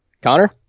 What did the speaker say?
Connor